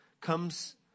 comes